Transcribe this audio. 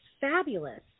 fabulous